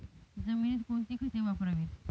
जमिनीत कोणती खते वापरावीत?